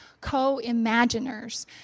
co-imaginers